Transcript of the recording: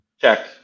check